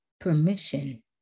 permission